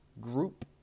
group